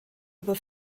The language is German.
über